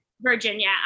virginia